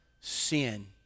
sin